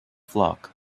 flock